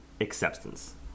acceptance